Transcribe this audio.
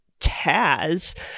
Taz